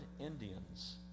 Indians